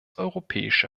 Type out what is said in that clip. europäische